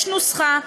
יש נוסחה,